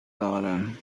دارم